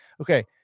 Okay